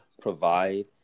provide